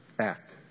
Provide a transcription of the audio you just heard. act